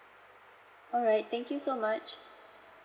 alright thank you so much